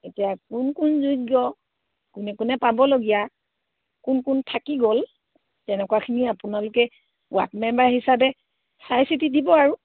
এতিয়া কোন কোন যোগ্য কোনে কোনে পাবলগীয়া কোন কোন থাকি গ'ল তেনেকুৱাখিনি আপোনালোকে ৱাৰ্ড মেম্বাৰ হিচাপে চাই চিতি দিব আৰু